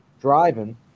driving